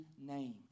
name